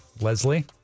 Leslie